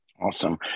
Awesome